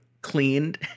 cleaned